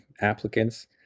applicants